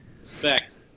respect